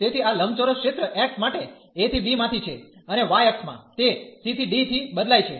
તેથી આ લંબચોરસ ક્ષેત્ર x માટે a ¿ b માંથી છે અને y અક્ષમાં તે c ¿d થી બદલાય છે